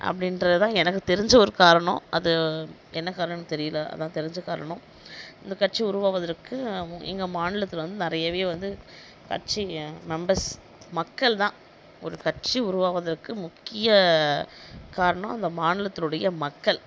அப்படின்றதுதான் எனக்கு தெரிஞ்ச ஒரு காரணம் அது என்ன காரணம்னு தெரியலை அதுதான் தெரிஞ்ச காரணம் அந்த கட்சி உருவாகுவதற்கு எங்கள் மாநிலத்தில் வந்து நிறையவே வந்து கட்சி மெம்பெர்ஸ் மக்கள்தான் ஒரு கட்சி உருவாகுவதற்கு முக்கிய காரணம் அந்த மாநிலத்தினுடைய மக்கள்